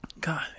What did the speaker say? god